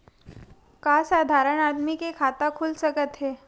का साधारण आदमी के खाता खुल सकत हे?